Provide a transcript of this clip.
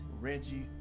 Reggie